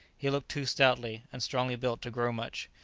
he looked too stoutly and strongly built to grow much.